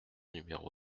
numéro